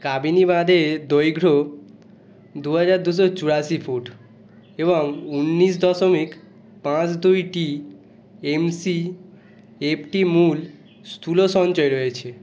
কাবিনি বাঁধের দৈর্ঘ্য দু হাজার দুশো চুরাশি ফুট এবং উনিশ দশমিক পাঁচ দুই টিএমসিএফটি মূল স্থূল সঞ্চয় রয়েছে